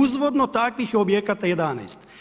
uzvodno takvih je objekata 11.